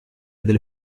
del